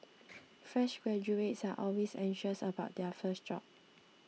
fresh graduates are always anxious about their first job